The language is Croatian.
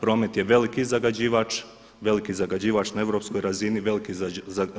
Promet je veliki zagađivač, veliki zagađivač na europskoj razini, veliki